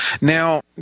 Now